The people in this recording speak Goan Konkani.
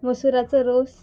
मसूराचो रोस